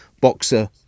boxer